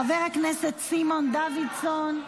חבר הכנסת סימון דוידסון,